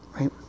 Right